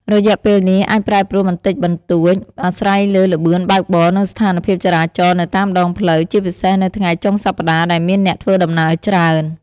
រយៈពេលនេះអាចប្រែប្រួលបន្តិចបន្តួចអាស្រ័យលើល្បឿនបើកបរ និងស្ថានភាពចរាចរណ៍នៅតាមដងផ្លូវ ជាពិសេសនៅថ្ងៃចុងសប្តាហ៍ដែលមានអ្នកធ្វើដំណើរច្រើន។